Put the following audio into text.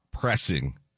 pressing